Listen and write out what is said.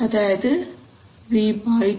അതായത് V2